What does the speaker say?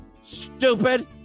stupid